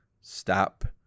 stop